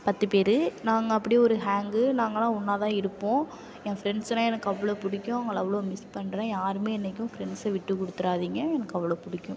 பத்து பேர் நாங்கள் அப்படி ஒரு ஹேங்கு நாங்கலாம் ஒன்றா தான் இருப்போம் என் ஃப்ரெண்ட்ஸுனா எனக்கு அவ்வளோ பிடிக்கும் அவங்களை அவ்வளோ மிஸ் பண்ணுறேன் யாருமே என்னைக்கும் ஃப்ரெண்ட்ஸை விட்டுக் கொடுத்துறாதீங்க எனக்கு அவ்வளோ பிடிக்கும்